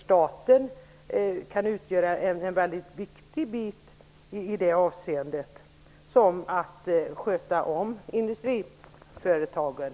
Staten kan vara väldigt viktig när det gäller att sköta om industriföretagen.